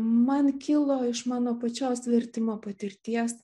man kilo iš mano pačios vertimo patirties